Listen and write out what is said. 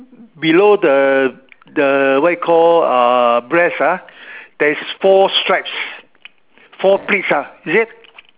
below the the what you call uh breast ah there's four stripes four pleats ah is it